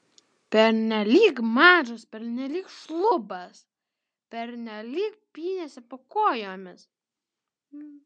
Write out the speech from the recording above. pernelyg mažas pernelyg šlubas pernelyg pynėsi po kojomis